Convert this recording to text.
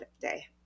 day